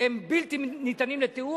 הם בלתי ניתנים לתיאור.